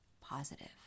positive